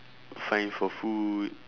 find for food